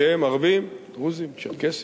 שהם ערבים, דרוזים, צ'רקסים.